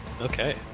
Okay